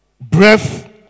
breath